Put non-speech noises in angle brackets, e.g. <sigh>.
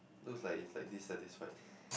looks like it's like dissatisfied <laughs>